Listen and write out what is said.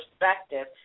perspective